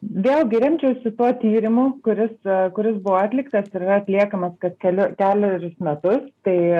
vėlgi remčiausi tuo tyrimu kuris kuris buvo atliktas ir yra atliekamas kas keliu kelerius metus tai